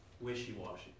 wishy-washy